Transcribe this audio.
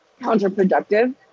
counterproductive